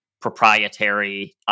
proprietary